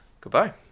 goodbye